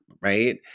right